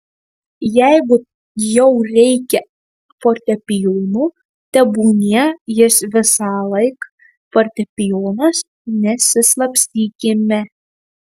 jeigu jau reikia fortepijono tebūnie jis visąlaik fortepijonas nesislapstykime